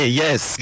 yes